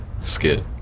skit